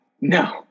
no